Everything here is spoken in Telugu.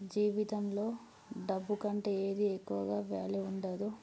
జీవితంలో డబ్బు కంటే ఏది ఎక్కువగా వాల్యూ ఉండదు